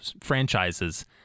franchises